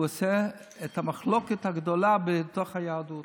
הוא עושה את המחלוקת הגדולה בתוך היהדות,